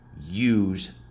use